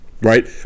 right